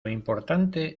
importante